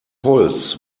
holz